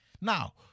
Now